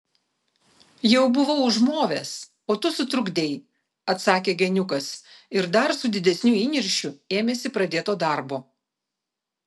jau buvau užmovęs o tu sutrukdei atsakė geniukas ir dar su didesniu įniršiu ėmėsi pradėto darbo